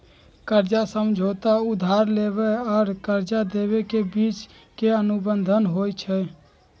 कर्जा समझौता उधार लेबेय आऽ कर्जा देबे के बीच के अनुबंध होइ छइ